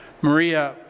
Maria